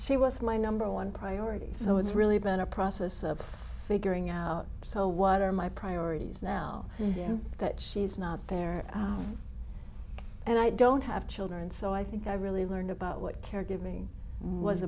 she was my number one priority so it's really been a process of figuring out so what are my priorities now that she's not there and i don't have children so i think i really learned about what caregiv